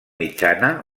mitjana